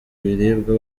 ibiribwa